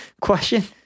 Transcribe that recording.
question